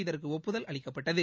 இதற்கு ஒப்புதல் அளிக்கப்பட்டது